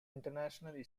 international